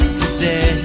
today